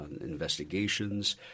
investigations